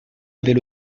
avait